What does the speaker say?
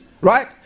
Right